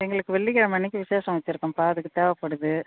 எங்களுக்கு வெள்ளிக்கிழம அன்றைக்கி விசேஷம் வச்சிருக்கேன்ப்பா அதுக்கு தேவைப்படுது